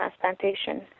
transplantation